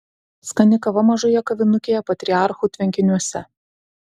skani kava mažoje kavinukėje patriarchų tvenkiniuose